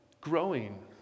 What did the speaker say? growing